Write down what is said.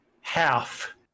half